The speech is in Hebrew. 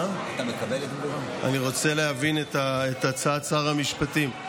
אני רוצה להבין את הצעת שר המשפטים.